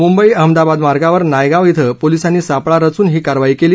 मुंबई अहमदाबाद मार्गावर नायगाव कें पोलीसांनी सापळा रचून ही कारवाई केली